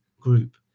group